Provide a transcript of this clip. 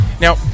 Now